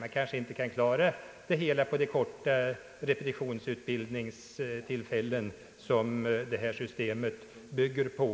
Man kanske inte kan klara det hela på de korta repetitionsutbildningstillfällen som systemet nu bygger på.